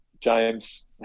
James